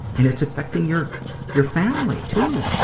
and it's affecting your your family, too.